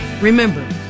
Remember